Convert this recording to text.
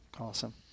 Awesome